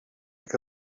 que